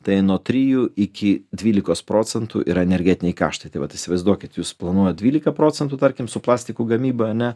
tai nuo trijų iki dvylikos procentų yra energetiniai kaštai tai vat įsivaizduokit jūs planuojat dvylika procentų tarkim su plastikų gamyba ane